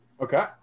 okay